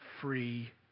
free